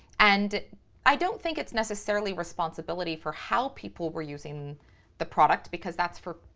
and i don't think it's necessarily responsibility for how people were using the product because that's for,